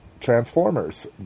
Transformers